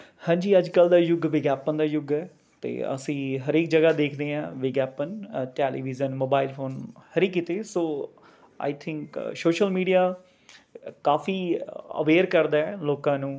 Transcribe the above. ਹਾਂਜੀ ਅੱਜ ਕੱਲ੍ਹ ਦਾ ਯੁੱਗ ਵਿਗਿਆਪਨ ਦਾ ਯੁੱਗ ਹੈ ਅਤੇ ਅਸੀਂ ਹਰੇਕ ਜਗ੍ਹਾ ਦੇਖਦੇ ਹਾਂ ਵਿਗਿਆਪਨ ਅ ਟੈਲੀਵਿਜ਼ਨ ਮੋਬਾਇਲ ਫੋਨ ਹਰੇਕ ਕਿਤੇ so I think social media ਕਾਫੀ ਅਵੇਅਰ ਕਰਦਾ ਹੈ ਲੋਕਾਂ ਨੂੰ